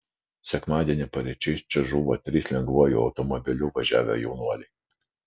sekmadienį paryčiais čia žuvo trys lengvuoju automobiliu važiavę jaunuoliai